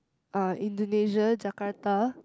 uh Indonesia Jakarta